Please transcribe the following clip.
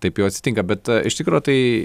taip jau atsitinka bet iš tikro tai